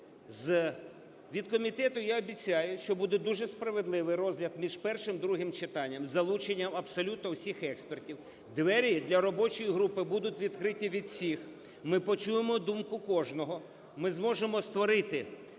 від комітету я обіцяю, що буде дуже справедливий розгляд між першим, другим читанням, з залученням абсолютно всіх експертів, двері для робочої групи будуть відкриті для всіх, ми почуємо думку кожного. Ми зможемо створити